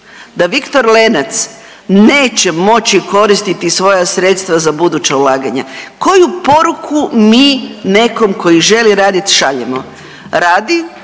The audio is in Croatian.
da Viktor Lenac neće moći koristiti svoja sredstva za buduća ulaganja. Koju poruku mi nekom koji želi radit šaljemo? Radi,